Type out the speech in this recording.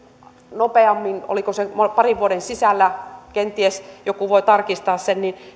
nopeammin oliko se parin vuoden sisällä kenties joku voi tarkistaa sen niin